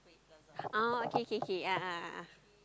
ah okay okay okay a'ah a'ah